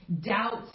Doubts